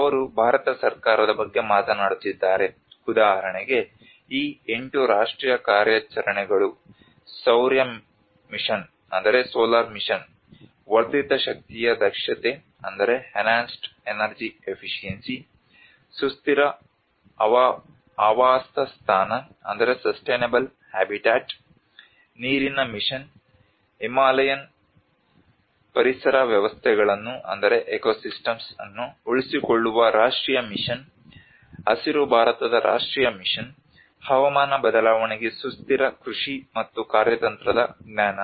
ಅವರು ಭಾರತ ಸರ್ಕಾರದ ಬಗ್ಗೆ ಮಾತನಾಡುತ್ತಿದ್ದಾರೆ ಉದಾಹರಣೆಗೆ ಈ ಎಂಟು ರಾಷ್ಟ್ರೀಯ ಕಾರ್ಯಾಚರಣೆಗಳು ಸೌರ ಮಿಷನ್ ವರ್ಧಿತ ಶಕ್ತಿಯ ದಕ್ಷತೆ ಸುಸ್ಥಿರ ಆವಾಸಸ್ಥಾನ ನೀರಿನ ಮಿಷನ್ ಹಿಮಾಲಯನ್ ಪರಿಸರ ವ್ಯವಸ್ಥೆಗಳನ್ನು ಉಳಿಸಿಕೊಳ್ಳುವ ರಾಷ್ಟ್ರೀಯ ಮಿಷನ್ ಹಸಿರು ಭಾರತದ ರಾಷ್ಟ್ರೀಯ ಮಿಷನ್ ಹವಾಮಾನ ಬದಲಾವಣೆಗೆ ಸುಸ್ಥಿರ ಕೃಷಿ ಮತ್ತು ಕಾರ್ಯತಂತ್ರದ ಜ್ಞಾನ